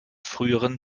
frühen